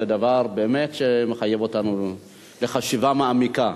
זה דבר באמת שמחייב אותנו לחשיבה מעמיקה.